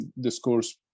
discourse